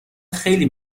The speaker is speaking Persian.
خیلی